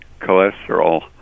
cholesterol